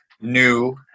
new